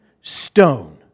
stone